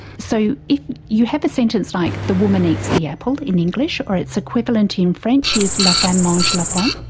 so if you have a sentence like the woman eats the apple in english, or it's equivalent in french is la femme mange la pomme,